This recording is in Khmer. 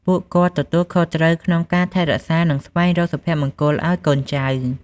ពួកគាត់ទទួលខុសត្រូវក្នុងការថែរក្សា និងស្វែងរកសុភមង្គលឱ្យកូនចៅ។